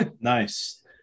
Nice